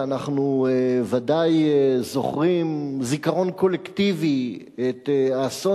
ואנחנו ודאי זוכרים זיכרון קולקטיבי את האסון